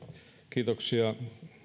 kiitoksia